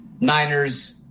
Niners